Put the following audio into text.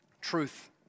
truth